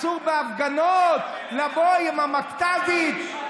אסור לבוא להפגנות עם המכת"זית.